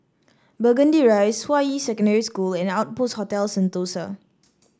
Burgundy Rise Hua Yi Secondary School and Outpost Hotel Sentosa